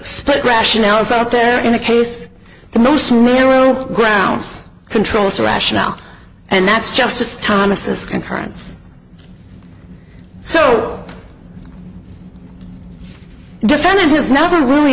split rationales out there in the case the most arup grounds controls rationale and that's justice thomas concurrence so defendant has never really